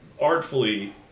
artfully